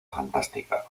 fantástica